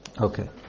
okay